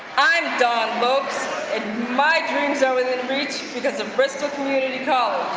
i'm dawn lopes and my dreams are within reach because of bristol community college.